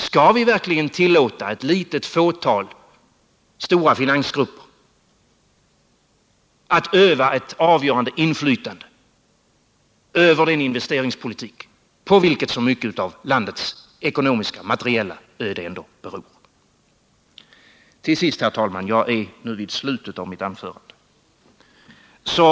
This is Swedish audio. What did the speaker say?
Skall vi verkligen tillåta ett litet fåtal stora finansgrupper att öva ett avgörande inflytande över den investeringspolitik på vilken så mycket av landets ekonomiska och materiella öde ändå beror? Herr talman! Jag närmar mig nu slutet av mitt anförande.